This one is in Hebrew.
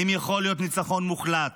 האם יכול להיות ניצחון מוחלט